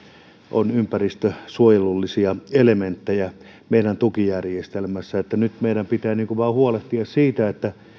on ympäristösuojelullisia elementtejä meidän tukijärjestelmässämme nyt meidän pitää vaan huolehtia siitä että